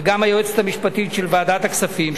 וגם היועצת המשפטית של ועדת הכספים,